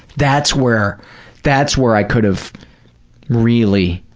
that's where that's where i could have really,